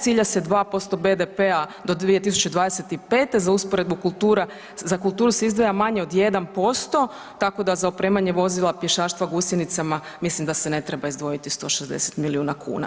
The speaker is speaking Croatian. Cilja se 2% BDP-a do 2025. za usporedbu kultura, za kulturu se izdvaja manje od 1% tako da za opremanje vozila, pješaštva gusjenicama mislim da se ne treba izdvojiti 160 milijuna kuna.